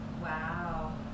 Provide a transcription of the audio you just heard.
Wow